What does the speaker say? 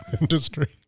industry